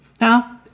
Now